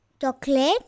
chocolate